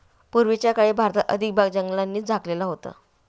पूर्वीच्या काळी भारताचा अधिक भाग जंगलांनी झाकलेला होता